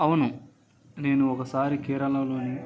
అవును నేను ఒకసారి కేరళలోని